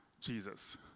Jesus